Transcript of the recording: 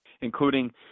Including